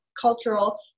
cultural